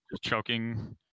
choking